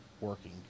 working